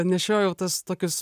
nešiojau tas tokius